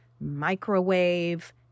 microwave